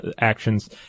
actions